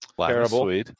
terrible